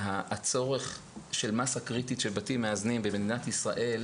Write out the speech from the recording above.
שהצורך של מסה קריטית של בתים מאזנים במדינת ישראל